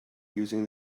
using